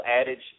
adage